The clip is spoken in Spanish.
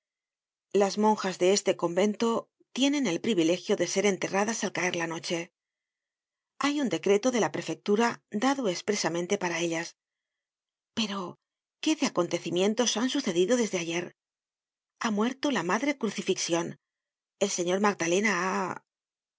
las monjas de este convento tienen el privilegio de ser enterradas al caer la noche hay un decreto de la prefectura dado espresamente para ellas pero qué de acontecimientos han sucedido desde ayer ha muerto la madre crucifixion el señor magdalena